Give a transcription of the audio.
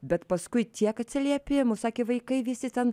bet paskui tiek atsiliepimų sakė vaikai visi ten